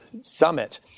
summit